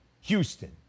Houston